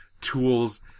tools